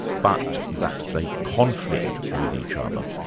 but that they conflict with each other.